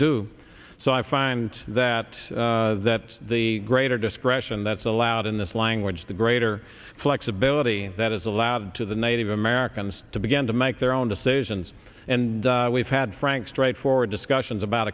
do so i find that that the greater discretion that's allowed in this language the greater flexibility that is allowed to the native americans to begin to make their own decisions and we've had frank straightforward discussions about